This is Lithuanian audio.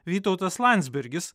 vytautas landsbergis